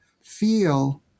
feel